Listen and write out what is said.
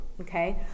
okay